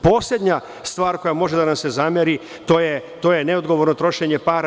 Poslednja stvar koja može da nam se zameri to je neodgovorno trošenje para.